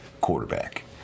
quarterback